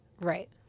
Right